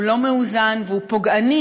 הוא לא מאוזן והוא פוגעני,